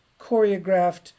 choreographed